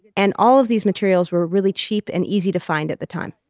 and all of these materials were really cheap and easy to find at the time